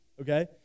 okay